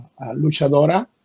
luchadora